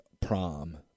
prom